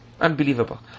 unbelievable